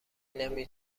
نمی